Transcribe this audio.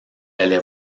allait